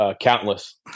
countless